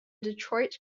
detroit